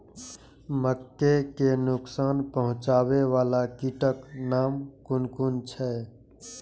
मके के नुकसान पहुँचावे वाला कीटक नाम कुन कुन छै?